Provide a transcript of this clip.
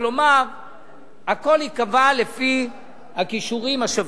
כלומר הכול ייקבע לפי הכישורים השווים.